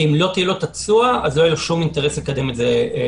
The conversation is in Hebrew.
כי אם לא תהיה לו את התשואה אז לא יהיה לו שום אינטרס לקדם את זה לבד,